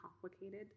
complicated